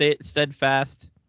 steadfast